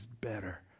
better